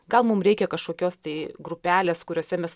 gal mum reikia kažkokios tai grupelės kuriose mes